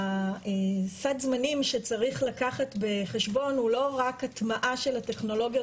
סד הזמנים שצריך לקחת בחשבון הוא לא רק הטמעה של הטכנולוגיות